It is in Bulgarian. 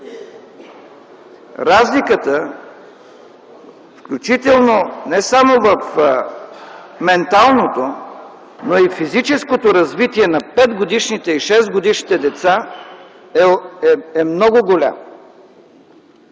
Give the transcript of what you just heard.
разликата, включително не само в менталното, но и физическото развитие на 5-годишните и 6-годишните деца, е много голяма.